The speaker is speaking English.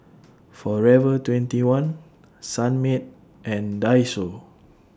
Forever twenty one Sunmaid and Daiso